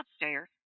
upstairs